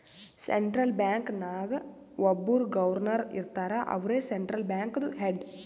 central bank ನಾಗ್ ಒಬ್ಬುರ್ governor ಇರ್ತಾರ ಅವ್ರೇ ಸೆಂಟ್ರಲ್ ಬ್ಯಾಂಕ್ದು ಹೆಡ್